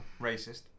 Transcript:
racist